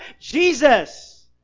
Jesus